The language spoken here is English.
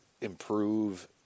improve –